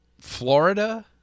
Florida